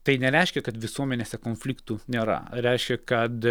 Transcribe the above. tai nereiškia kad visuomenėse konfliktų nėra reiškia kad